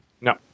No